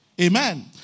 Amen